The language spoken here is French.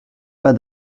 pas